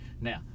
now